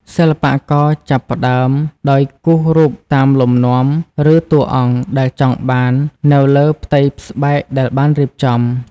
សិល្បករចាប់ផ្តើមដោយគូសរូបតាមលំនាំឬតួអង្គដែលចង់បាននៅលើផ្ទៃស្បែកដែលបានរៀបចំ។